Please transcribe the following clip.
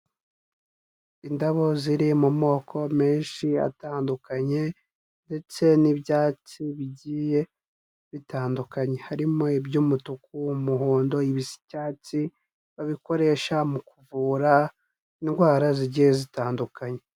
Indabo ziri mu moko menshi atandukanye ndetse n'ibyatsi bigiye bitandukanye, harimo iby'umutuku, umuhondo, ibisa icyatsi babikoresha mu kuvura indwara zigiye zitandukanye.